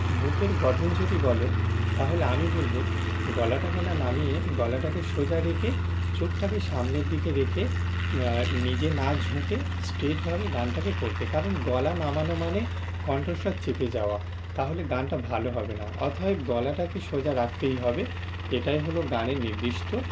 মুখের গঠন যদি বলো তাহলে আমি বলবো গলাটাকে না নামিয়ে গলাটাকে সোজা রেখে চোখটাকে সামনের দিকে রেখে নিজে না ঝুঁকে স্ট্রেটভাবে গানটাকে করতে কারণ গলা নামানো মানে কণ্ঠস্বর চেপে যাওয়া তাহলে গানটা ভালো হবে না অতএব গলাটাকে সোজা রাখতেই হবে এটাই হলো গানের নির্দিষ্ট